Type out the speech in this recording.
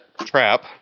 trap